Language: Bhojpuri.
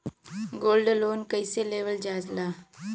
गोल्ड लोन कईसे लेवल जा ला?